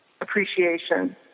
appreciation